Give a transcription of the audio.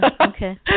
okay